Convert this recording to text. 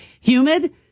humid